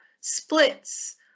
splits